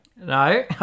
No